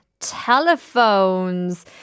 telephones